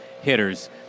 hitters